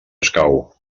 escau